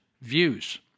views